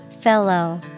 Fellow